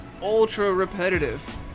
ultra-repetitive